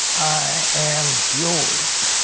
i am yours.